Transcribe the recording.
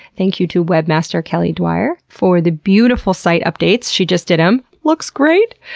thank you to webmaster kelly dwyer for the beautiful site updates. she just did em. looks great!